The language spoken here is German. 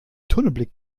tunnelblick